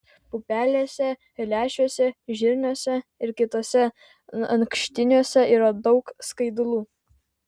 pupelėse lęšiuose žirniuose ir kituose ankštiniuose yra daug skaidulų